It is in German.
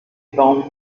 baum